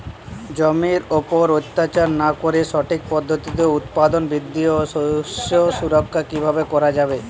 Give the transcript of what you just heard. জমির উপর অত্যাচার না করে সঠিক পদ্ধতিতে উৎপাদন বৃদ্ধি ও শস্য সুরক্ষা কীভাবে করা যাবে?